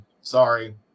Sorry